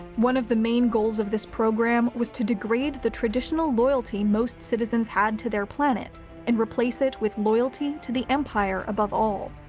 one of the main goals of this program was to degrade the traditional loyalty most citizens had to their planet and replace it with loyalty to the empire above all.